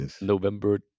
november